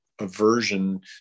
aversion